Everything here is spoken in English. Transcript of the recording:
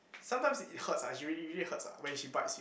sometimes it hurts lah it is really really hurts lah when she bites you